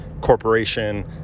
corporation